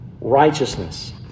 righteousness